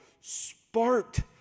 sparked